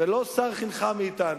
ולא סר חנך מאתנו.